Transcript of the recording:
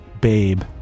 babe